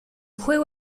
juego